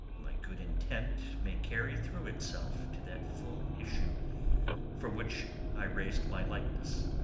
my good intent may carry through itself to that full issue for which i rais'd my likeness